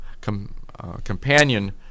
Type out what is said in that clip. companion